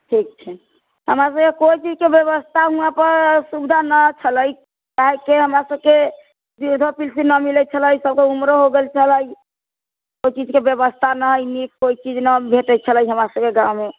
ठीक छै हमरासबके कोइ चीज के व्यवस्था हुवाँ पे सुविधा न छलै काहेकि हमरासबके वृद्धो पिलसिम न मिलै छलै सबके ऊमरो हो गेल छलै कोइ चीज के व्यवस्था न है नीक कोइ चीज न भेटै छलै हमरासबके गाँवमे